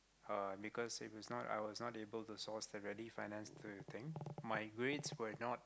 uh because it was not I was not able source the rally finance the thing my grades were not